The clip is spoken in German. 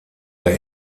der